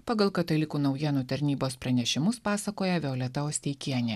pagal katalikų naujienų tarnybos pranešimus pasakoja violeta osteikienė